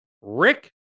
Rick